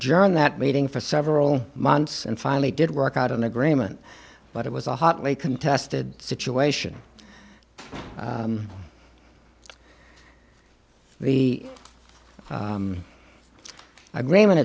n that meeting for several months and finally did work out an agreement but it was a hotly contested situation the agreement